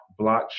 Blockchain